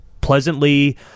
pleasantly